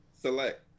Select